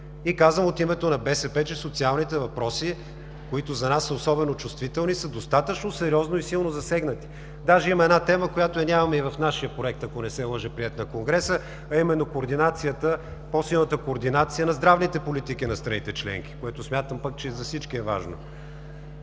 От името на БСП казвам, че социалните въпроси, които за нас са особено чувствителни са достатъчно сериозно и силно засегнати. Даже има една тема, която я нямаме и в нашия Проект, ако не се лъжа, приет на Конгреса, а именно по-силната координация на здравните политики на страните-членки, което смятам, че за всички е важно.